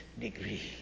degree